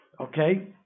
Okay